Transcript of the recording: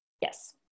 Yes